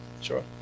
Sure